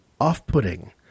off-putting